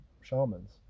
shamans